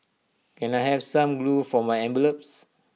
can I have some glue for my envelopes